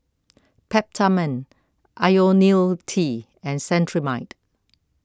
Peptamen Ionil T and Cetrimide